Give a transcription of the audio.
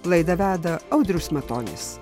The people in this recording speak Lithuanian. laidą veda audrius matonis